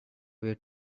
way